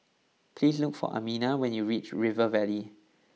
please look for Amina when you reach River Valley